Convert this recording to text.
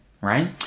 right